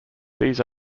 these